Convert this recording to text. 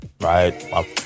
right